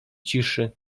ciszy